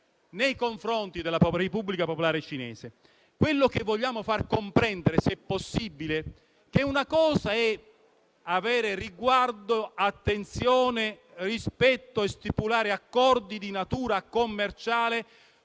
nei confronti della Repubblica Popolare Cinese. Se possibile, vogliamo far comprendere che una cosa è avere riguardo, attenzione, rispetto e stipulare accordi di natura commerciale